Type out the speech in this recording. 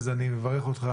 אני מברך אותך,